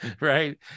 Right